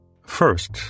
First